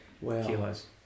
kilos